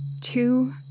two